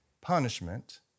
punishment